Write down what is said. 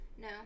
No